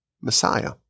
Messiah